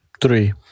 Three